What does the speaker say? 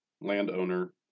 landowner